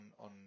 on